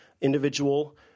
individual